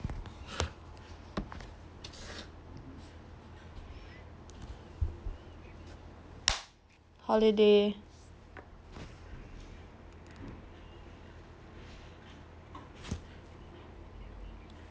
holiday